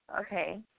okay